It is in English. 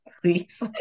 please